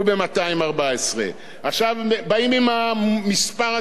עכשיו באים עם המספר הזה של יחס חוב תוצר.